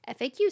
FAQ